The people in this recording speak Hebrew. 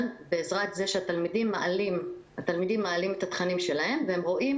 באזרת זה שהתלמידים מעלים את התכנים שלהם ורואים